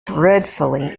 dreadfully